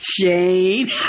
Shane